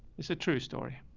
is a true story.